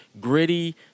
gritty